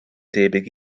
debyg